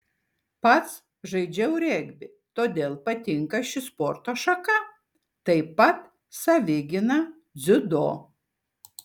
pats žaidžiau regbį todėl patinka ši sporto šaka taip pat savigyna dziudo